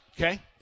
Okay